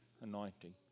Anointing